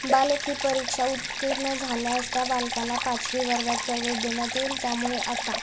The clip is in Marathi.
बालक ही परीक्षा उत्तीर्ण झाल्यास त्या बालकाला पाचवी वर्गात प्रवेश देण्यात येईल त्यामुळे आता